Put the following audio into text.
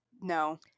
No